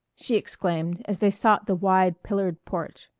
she exclaimed as they sought the wide pillared porch.